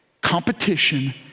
Competition